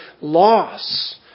loss